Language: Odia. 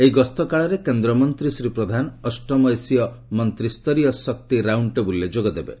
ଏହି ଗସ୍ତକାଳରେ କେନ୍ଦ୍ରମନ୍ତ୍ରୀ ଶ୍ରୀ ପ୍ରଧାନ ଅଷ୍ଟମ ଏସୀୟ ମନ୍ତ୍ରୀୟ ଶକ୍ତି ରାଉଣ୍ଡଟେବ୍ରଲ୍ରେ ଯୋଗଦେବେ